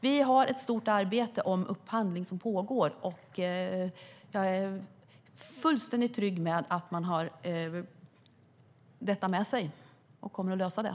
Vi har ett stort arbete om upphandling som pågår, och jag är fullständigt trygg med att man har detta med sig och kommer att lösa det.